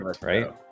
right